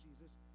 Jesus